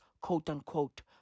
quote-unquote